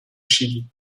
chili